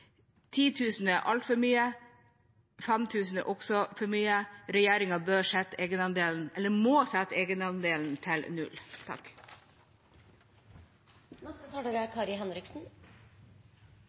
er altfor mye, 5 000 kr er også for mye. Regjeringa må sette egenandelen